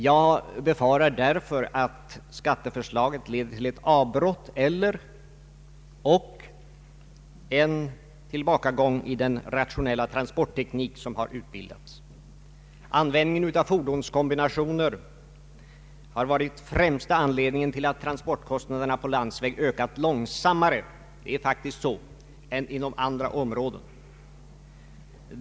Jag befarar därför att skatteförslaget leder till ett avbrott och/eller en tillbakagång i den rationella transportteknik som har utbildats. Användningen av fordonskombinationer har varit främsta anledningen till att transportkostnaderna på landsväg ökat långsammare — det är faktiskt så — än inom andra områden.